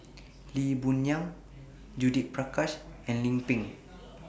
Lee Boon Yang Judith Prakash and Lim Pin